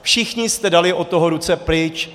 Všichni jste dali od toho ruce pryč.